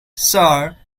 sir